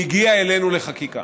והגיע אלינו לחקיקה.